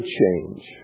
change